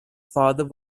father